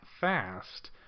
fast